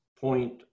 point